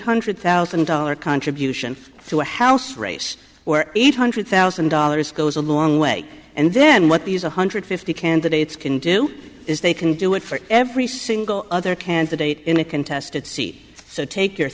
hundred thousand dollar contribution to a house race or eight hundred thousand dollars goes a long way and then what these one hundred fifty candidates can do is they can do it for every single other candidate in a contested seat so take your